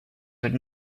would